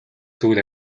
зүйл